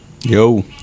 Yo